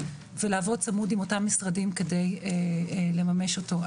ולעבוד צמוד עם אותם משרדים כדי לממש אותו.